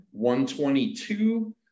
122